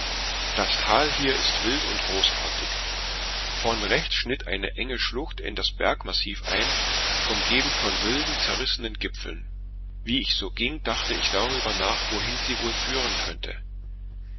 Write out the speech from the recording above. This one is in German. das tal ist hier wild und großartig vorn rechts schnitt eine enge schlucht in das bergmassiv ein umgeben von wilden zerrissenen gipfeln wie ich so ging dachte ich darüber nach wohin sie wohl führen könnte